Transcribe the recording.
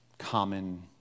common